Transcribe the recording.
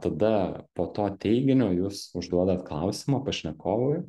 tada po to teiginio jūs užduodat klausimą pašnekovui